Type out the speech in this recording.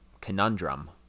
conundrum